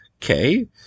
Okay